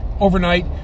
overnight